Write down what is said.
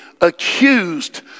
accused